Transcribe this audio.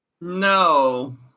No